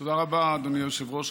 תודה רבה, אדוני היושב-ראש.